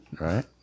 Right